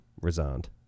resigned